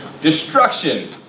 Destruction